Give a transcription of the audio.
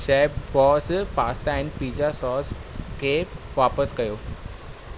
chef boss pasta and pizza sauce खे वापसि कयो